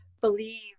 believe